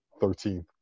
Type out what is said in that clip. Thirteenth